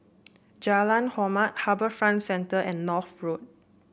Jalan Hormat HarbourFront Centre and North Road